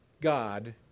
God